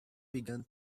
began